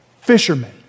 fishermen